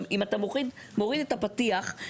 אם אתה מוריד את הפתיח,